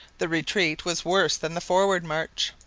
the retreat was worse than the forward march.